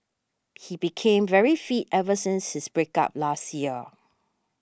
he became very fit ever since his break up last year